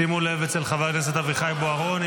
שימו לב אצל חבר הכנסת אביחי בוארון.